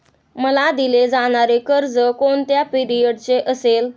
मला दिले जाणारे कर्ज हे कोणत्या पिरियडचे असेल?